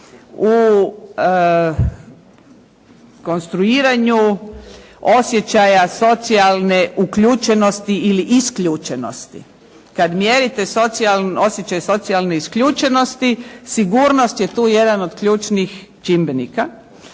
u konstruiranju osjećaja socijalne uključenosti ili isključenosti. Kad mjerite osjećaj socijalne isključenosti, sigurnost je tu jedan od ključnih čimbenika,